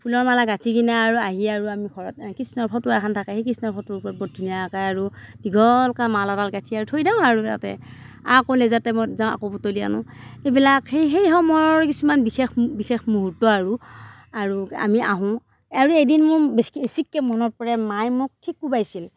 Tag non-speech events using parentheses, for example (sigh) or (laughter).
ফুলৰ মালা গাঁঠি কিনে আৰু আহি আৰু আমি ঘৰত কৃষ্ণৰ ফটো এখন থাকে সেই কৃষ্ণৰ ফটোৰ ওপৰত বৰ ধুনীয়াকৈ আৰু দীঘলকৈ মালাডাল গাঁঠি আৰু থৈ দিওঁ আৰু তাতে আকৌ লেজাৰ টাইমত যাওঁ আকৌ বুটলি আনো এইবিলাক সেই সেই সময়ৰ কিছুমান বিশেষ বিশেষ মুহুৰ্ত আৰু আৰু আমি আহোঁ আৰু এদিন মোৰ (unintelligible) বেছিকৈ মনত পৰে মাই মোক ঠিক কোবাইছিল